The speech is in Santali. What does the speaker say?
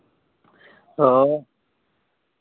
ᱦᱮᱸ